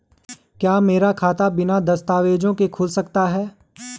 क्या मेरा खाता बिना दस्तावेज़ों के खुल सकता है?